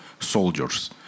soldiers